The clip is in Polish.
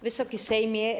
Wysoki Sejmie!